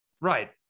Right